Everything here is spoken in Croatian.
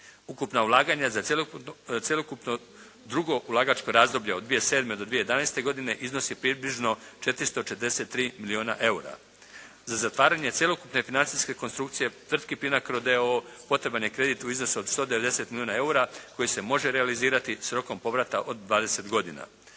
Ukupna ulaganja za cjelokupno drugo ulagačko razdoblje od 2007. do 2011. godine iznosi približno 443 milijuna eura. Za zatvaranje cjelokupne financijske konstrukcije tvrtke "PLINACRO d.o.o." potreban je kredit u iznosu od 190 milijuna eura koji se može realizirati sa rokom povrata od 20 godina.